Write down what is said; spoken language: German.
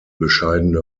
bescheidene